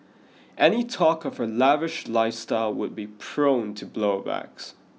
any talk of her lavish lifestyle would be prone to blow backs